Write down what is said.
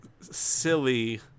silly